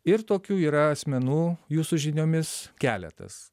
ir tokių yra asmenų jūsų žiniomis keletas